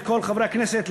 את כל חברי הכנסת,